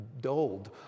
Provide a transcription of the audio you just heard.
dulled